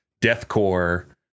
deathcore